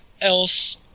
else